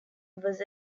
was